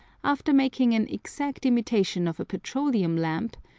after making an exact imitation of a petroleum-lamp,